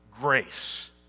Grace